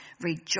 rejoice